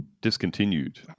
discontinued